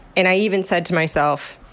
and i even said to myself,